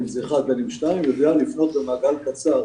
יודע לפנות למעגל קצר,